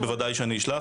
אשלח בוודאי.